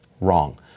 Wrong